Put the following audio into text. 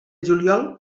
juliol